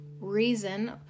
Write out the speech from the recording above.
Reason